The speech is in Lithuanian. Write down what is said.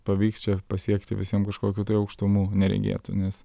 pavyks čia pasiekti visiem kažkokių tai aukštumų neregėtų nes